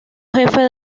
jefe